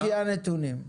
לפי הנתונים.